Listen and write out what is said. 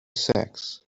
sacks